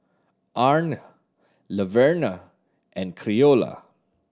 Arne Laverna and Creola